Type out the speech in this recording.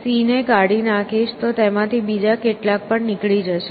C ને કાઢી નાખીશ તો તેમાંથી બીજા કેટલાક પણ નીકળી જશે